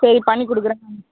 சரி பண்ணி கொடுக்குறேன் நான்